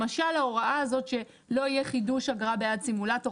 למשל ההוראה הזאת שלא יהיה חידוש אגרה בעד סימולטור.